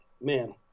man